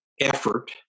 effort